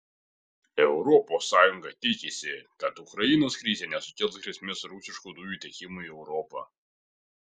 europos sąjunga tikisi kad ukrainos krizė nesukels grėsmės rusiškų dujų tiekimui į europą